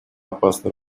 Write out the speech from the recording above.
опасный